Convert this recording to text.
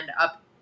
up